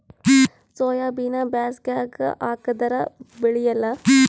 ಸೋಯಾಬಿನ ಬ್ಯಾಸಗ್ಯಾಗ ಹಾಕದರ ಬೆಳಿಯಲ್ಲಾ?